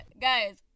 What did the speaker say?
Guys